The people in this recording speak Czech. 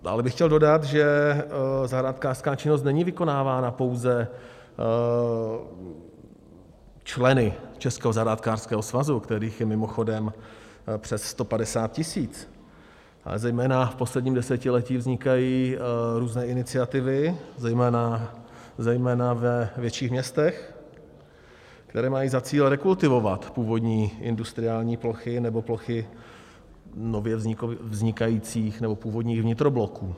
Dále bych chtěl dodat, že zahrádkářská činnost není vykonávána pouze členy Českého zahrádkářského svazu, kterých je mimochodem přes 150 tisíc, ale zejména v posledním desetiletí vznikají různé iniciativy, zejména ve větších městech, které mají za cíl rekultivovat původní industriální plochy nebo plochy nově vznikajících nebo původních vnitrobloků.